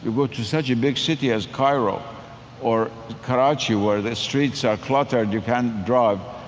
you go to such a big city as cairo or karachi where the streets are cluttered, you can't drive.